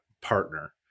partner